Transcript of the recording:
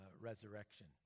resurrection